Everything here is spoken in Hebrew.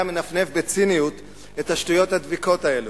מנפנף בציניות את השטויות הדביקות האלו,